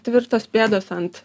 tvirtos pėdos ant